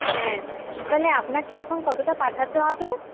হ্যাঁ তালে আপনাকে এখন কতটা পাঠাতে হবে